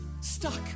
stuck